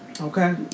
Okay